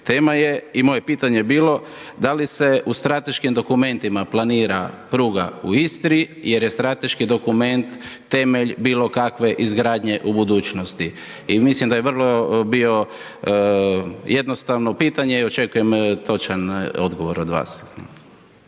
Tema je i moje pitanje je bilo da li se u strateškim dokumentima planira pruga u Istri jer je strateški dokument temelj bilo kakve izgradnje u budućnosti i mislim da je vrlo bilo jednostavno pitanje i očekujem točan odgovor od vas.